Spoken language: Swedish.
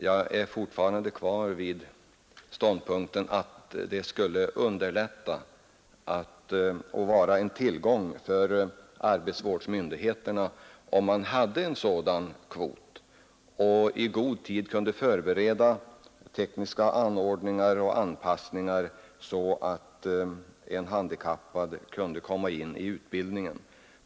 Jag är fortfarande kvar vid ståndpunkten att det skulle underlätta och vara en tillgång för inte minst arbetsvårdsmyndigheterna, om man hade en sådan kvot och i god tid kunde förbereda tekniska anordningar och anpassningar, så att en handikappad kunde komma in i utbildningen.